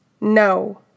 No